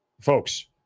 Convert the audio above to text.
Folks